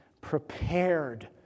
prepared